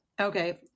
Okay